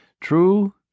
True